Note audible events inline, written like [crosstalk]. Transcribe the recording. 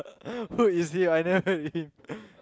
[laughs] who is he I never met with him